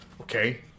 okay